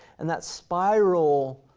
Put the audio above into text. and that spiral,